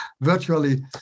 virtually